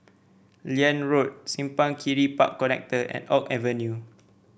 Liane Road Simpang Kiri Park Connector and Oak Avenue